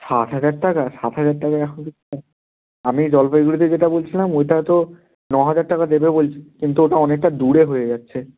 সাত হাজার টাকা সাত হাজার টাকায় এখন আমি জলপাইগুড়িতে যেটা বলছিলাম ওইটায় তো ন হাজার টাকা দেবে বলছে কিন্তু ওটা অনেকটা দূরে হয়ে যাচ্ছে